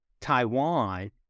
Taiwan